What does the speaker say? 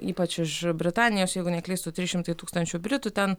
ypač iš britanijos jeigu neklystu trys šimtai tūkstančių britų ten